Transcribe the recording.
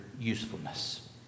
usefulness